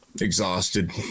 Exhausted